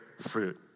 fruit